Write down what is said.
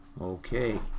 Okay